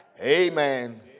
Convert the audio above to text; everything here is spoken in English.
Amen